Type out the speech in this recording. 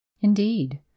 Indeed